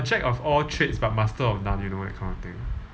jack of all trades but master of none you know that kind of thing